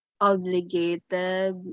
Obligated